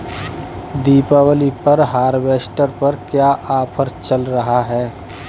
दीपावली पर हार्वेस्टर पर क्या ऑफर चल रहा है?